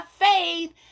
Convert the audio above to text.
faith